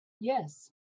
Yes